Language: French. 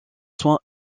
soin